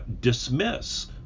dismiss